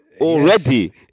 Already